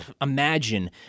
imagine